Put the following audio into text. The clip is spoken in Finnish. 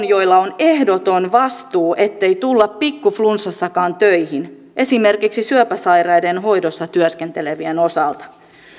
joilla on ehdoton vastuu ettei tulla pikkuflunssassakaan töihin esimerkiksi syöpäsairaiden hoidossa työskentelevien osalta